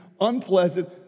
unpleasant